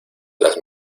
las